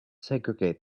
segregate